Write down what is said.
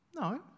No